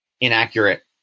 inaccurate